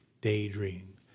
daydream